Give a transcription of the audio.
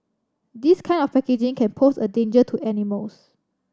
this kind of packaging can pose a danger to animals